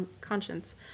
conscience